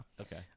Okay